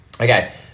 Okay